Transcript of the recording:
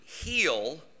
heal